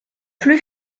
plus